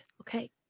okay